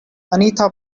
anita